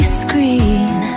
screen